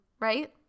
right